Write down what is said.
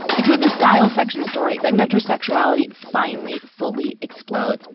it was the style section story that metro sexuality finally fully exploded.